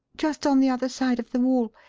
just on the other side of the wall.